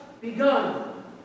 begun